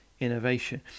innovation